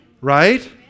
right